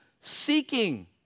seeking